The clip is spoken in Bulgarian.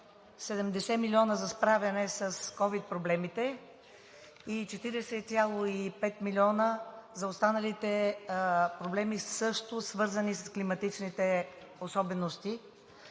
70 млн. лв. за справяне с ковид проблемите и 40,5 млн. лв. за останалите проблеми, също свързани с климатичните особености,